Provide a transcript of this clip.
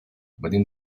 venim